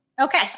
Okay